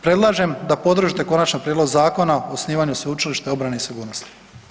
Predlažem da podržite Konačan prijedlog Zakona o osnivanju Sveučilišta obrane i sigurnosti.